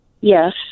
yes